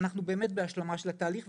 אנחנו באמת השלמה של התהליך,